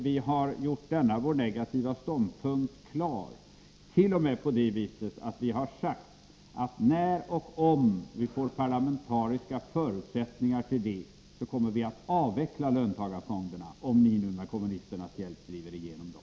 Vi har gjort denna vår negativa ståndpunkt klar, t.o.m. på det viset att vi har sagt att när och om vi får parlamentariska förutsättningar för det kommer vi att avveckla löntagarfonderna, om ni nu med kommunisternas hjälp driver igenom dem.